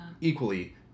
equally